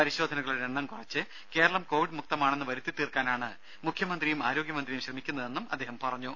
പരിശോധനകളുടെ എണ്ണം കുറച്ച് കേരളം കോവിഡ് മുക്തമാണെന്ന് വരുത്തിത്തീർക്കാനാണ് മുഖ്യമന്ത്രിയും ആരോഗ്യമന്ത്രിയും ശ്രമിക്കുന്നതെന്നും അദ്ദേഹം പറഞ്ഞു